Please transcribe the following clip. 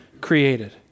created